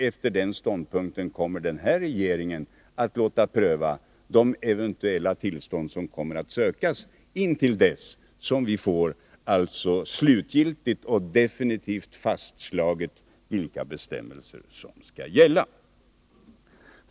Efter den ståndpunkten kommer denna regering att låta pröva de eventuella tillstånd som kommer att sökas intill dess att vi får slutgiltigt och definitivt fastslaget vilka bestämmelser som skall gälla.